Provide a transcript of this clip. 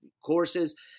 courses